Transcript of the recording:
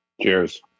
Cheers